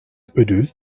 ödül